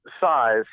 size